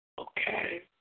Okay